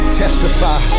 testify